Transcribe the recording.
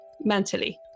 mentally